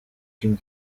kim